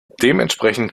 dementsprechend